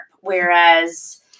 whereas